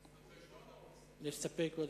מסתפק.